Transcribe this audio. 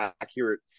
accurate